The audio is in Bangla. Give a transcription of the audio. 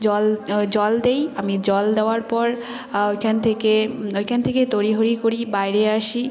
জল জল দিই আমি জল দেওয়ার পর ওইখান থেকে ওইখান থেকে তড়িঘড়ি করে বাইরে আসি